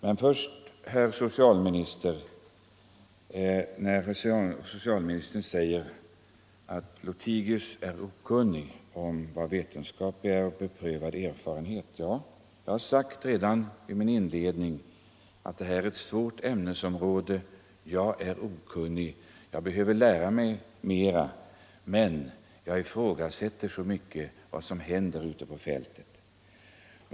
Men först vill jag vända mig till herr socialministern, som sade att jag är okunnig om vad vetenskap och beprövad erfarenhet är. Ja, jag har redan sagt i min inledning att detta är ett svårt ämnesområde, där jag är okunnig. Jag behöver lära mig mera om det, men jag ifrågasätter ändå mycket av det som händer ute på fältet.